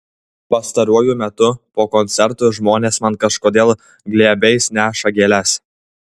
pastaruoju metu po koncertų žmonės man kažkodėl glėbiais neša gėles